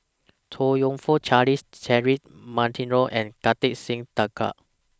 Chong YOU Fook Charles Cedric Monteiro and Kartar Singh Thakral